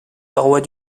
parois